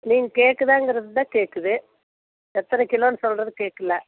நீங்கள் கேட்குதாங்கிறதுதான் கேட்குது எத்தனை கிலோன்னு சொல்கிறது கேக்கலை